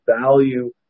value